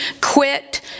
quit